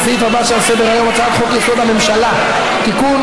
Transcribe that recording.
לסעיף הבא שעל סדר-היום: הצעת חוק-יסוד: הממשלה (תיקון,